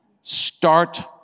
start